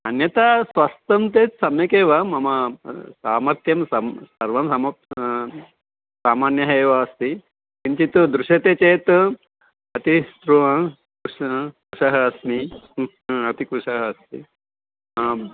अन्यथा स्वस्थं चेत् सम्यक् एव मम सामर्थ्यं सम् सर्वं सम सामान्यः एव अस्ति किञ्चित् दृश्यते चेत् अति स्रु कृश कृशः ह्म् हा अति कृशः अस्मि आम्